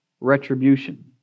retribution